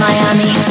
Miami